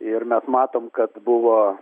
ir mes matom kad buvo